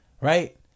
right